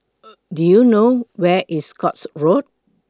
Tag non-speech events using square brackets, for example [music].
[noise] Do YOU know Where IS Scotts Road